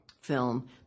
film